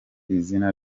izina